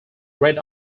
red